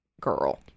girl